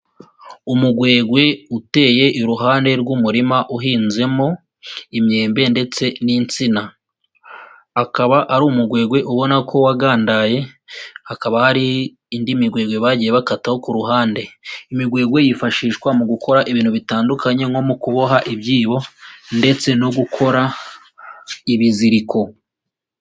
Umugwegwe uteye iruhande rw'umurima uhinzemo imyembe ndetse n'insina. Akaba ari umugwegwe ubona ko wagandaye, hakaba hari indi migwegwe bagiye bakataho ku ruhande. Imigwegwe yifashishwa mu gukora ibintu bitandukanye nko mu kuboha ibyibo ndetse no gukora ibiziriko.